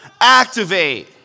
Activate